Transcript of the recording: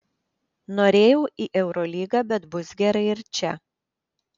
norėjau į eurolygą bet bus gerai ir čia